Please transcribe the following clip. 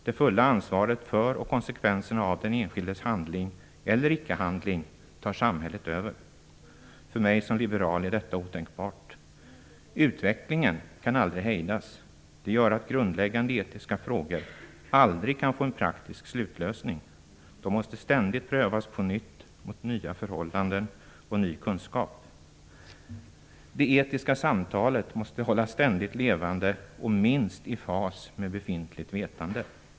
Det fulla ansvaret för och konsekvenserna av den enskildes handling eller icke-handling tar samhället över. För mig som liberal är detta otänkbart. Utvecklingen kan aldrig hejdas. Det gör att grundläggande etiska frågor aldrig kan få en praktisk slutlösning. De måste ständigt på nytt prövas mot nya förhållanden och ny kunskap. Det etiska samtalet måste hållas ständigt levande och minst i fas med befintligt vetande.